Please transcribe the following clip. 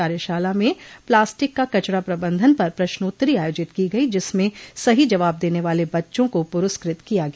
कार्यशाला में प्लास्टिक की कचरा प्रबंधन पर प्रश्नोत्तरी आयोजित की गई जिसमें सही जवाब देने वाले बच्चों को पुरस्कृत किया गया